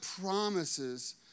promises